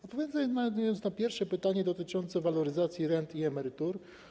Odpowiadam na pierwsze pytanie dotyczące waloryzacji rent i emerytur.